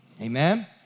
Amen